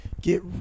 get